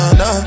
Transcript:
no